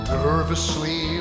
nervously